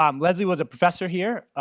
um leslie was a professor here